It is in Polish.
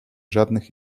żadnych